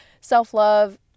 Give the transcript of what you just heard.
self-love